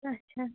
اَچھا